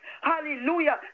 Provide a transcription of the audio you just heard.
hallelujah